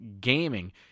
Gaming